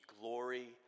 glory